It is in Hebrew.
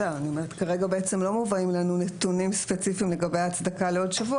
כרגע בעצם לא מובאים לנו נתונים ספציפיים לגבי הצדקה לעוד שבוע